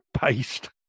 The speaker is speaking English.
paste